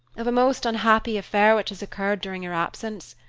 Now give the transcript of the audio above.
of a most unhappy affair which has occurred during your absence.